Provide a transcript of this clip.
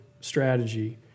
strategy